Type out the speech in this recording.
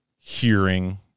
hearing